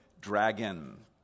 dragon